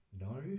No